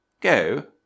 Go